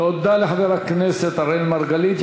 תודה לחבר הכנסת אראל מרגלית.